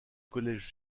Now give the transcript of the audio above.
collège